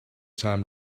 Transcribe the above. time